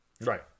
Right